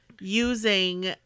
using